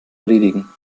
erledigen